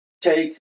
take